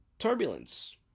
turbulence